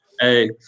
hey